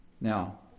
Now